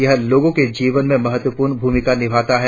यह लोगों के जीवन में महत्वपूर्ण भ्रमिका निभाता है